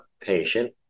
patient